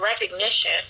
recognition